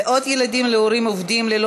בנושא: מאות ילדים להורים עובדים ללא